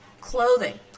Clothing